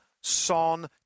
Son